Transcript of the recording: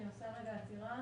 אני עושה רגע עצירה.